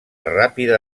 ràpida